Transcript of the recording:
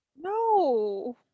No